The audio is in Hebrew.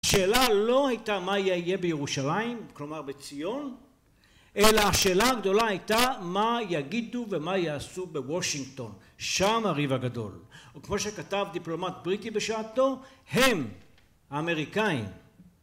השאלה לא הייתה מה יהיה בירושלים כלומר בציון. אלא השאלה הגדולה הייתה מה יגידו ומה יעשו בוושינגטון. שם הריב הגדול. וכמו שכתב דיפלומט בריטי בשעתו: הם, האמריקאים